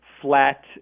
flat